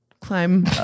climb